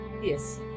Yes